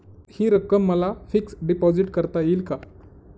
हि रक्कम मला फिक्स डिपॉझिट करता येईल का?